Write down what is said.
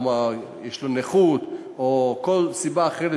או יש לו נכות או כל סיבה אחרת,